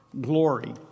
glory